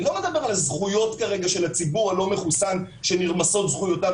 אני לא מדבר על הזכויות של הציבור הלא מחוסן שנרמסות זכויותיו